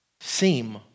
seem